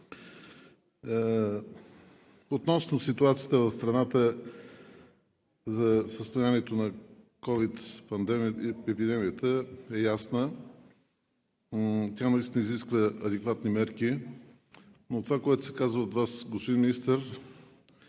Относно ситуацията в страната за състоянието на ковид епидемията е ясно. Тя наистина изисква адекватни мерки, но това, което се каза от Вас, господин Министър,